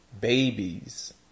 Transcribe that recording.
babies